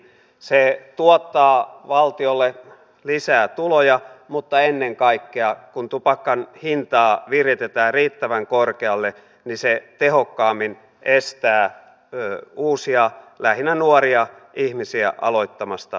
se tuottaa valtiolle lisää tuloja mutta ennen kaikkea kun tupakan hintaa viritetään riittävän korkealle se tehokkaammin estää uusia lähinnä nuoria ihmisiä aloittamasta tupakanpolttoa